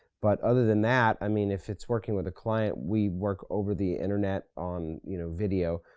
but other than that, i mean, if it's working with a client, we work over the internet on you know video,